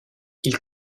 ils